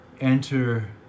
Enter